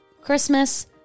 Christmas